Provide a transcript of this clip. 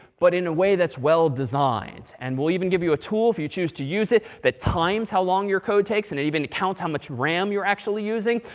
but in a way that's well designed. and we'll even give you a tool, if you choose to use it, that times how long your code takes. and it even counts how much ram you're actually using.